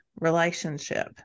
relationship